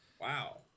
Wow